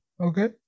okay